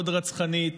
מאוד רצחנית,